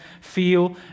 feel